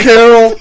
Carol